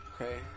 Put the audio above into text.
Okay